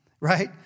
right